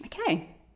okay